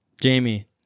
Jamie